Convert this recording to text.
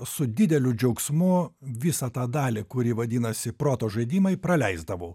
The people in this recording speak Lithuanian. su dideliu džiaugsmu visą tą dalį kuri vadinasi proto žaidimai praleisdavau